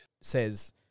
says